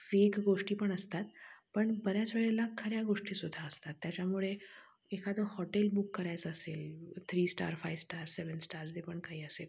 fake गोष्टी पण असतात पण बऱ्याच वेळेला खऱ्या गोष्टीसुद्धा असतात त्याच्यामुळे एखादं हॉटेल बुक करायचं असेल three star five star seven stars जे पण काही असेल